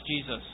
Jesus